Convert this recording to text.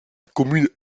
commune